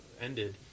ended